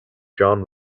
jon